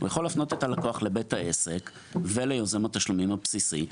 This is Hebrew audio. הוא יכול להפנות את הלקוח לבית העסק וליוזם התשלומים הבסיסי,